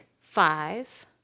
five